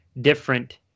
different